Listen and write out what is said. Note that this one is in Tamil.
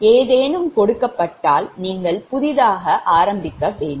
ஏதேனும் கொடுக்கப்பட்டால் நீங்கள் புதிதாக ஆரம்பிக்க வேண்டும்